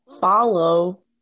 follow